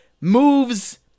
moves